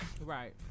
Right